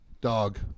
Dog